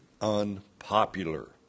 unpopular